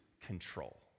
control